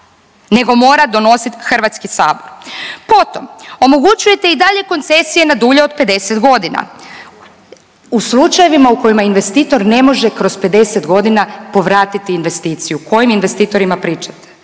nego mora donositi HS. Potom, omogućujete i dalje koncesije na dulje od 50 godina. U slučajevima u kojima investitor ne može kroz 50 godina povratiti investiciju, o kojim investitorima pričate?